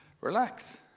Relax